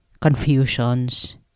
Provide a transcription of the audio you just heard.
confusions